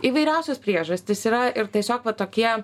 įvairiausios priežastys yra ir tiesiog va tokie